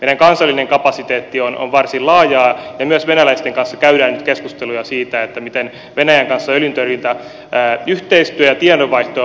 meidän kansallinen kapasiteettimme on varsin laajaa ja myös venäläisten kanssa käydään nyt keskusteluja siitä miten öljyntorjuntayhteistyö ja tiedonvaihto venäjän kanssa on mahdollisimman sujuvaa